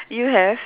you have